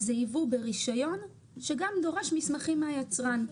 זה יבוא ברישיון שגם דורש מסמכים מהיצרן.